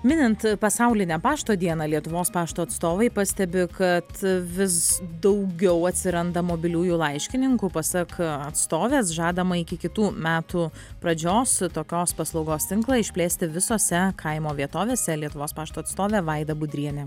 minint pasaulinę pašto dieną lietuvos pašto atstovai pastebi kad vis daugiau atsiranda mobiliųjų laiškininkų pasak atstovės žadama iki kitų metų pradžios tokios paslaugos tinklą išplėsti visose kaimo vietovėse lietuvos pašto atstovė vaida budrienė